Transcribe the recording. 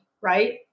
Right